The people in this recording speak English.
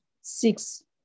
Six